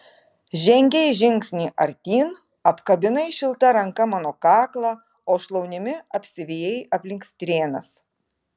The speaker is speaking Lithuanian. žengei žingsnį artyn apkabinai šilta ranka mano kaklą o šlaunimi apsivijai aplink strėnas